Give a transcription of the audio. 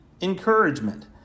encouragement